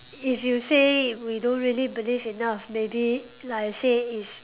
if you say we don't really believe enough maybe like I say is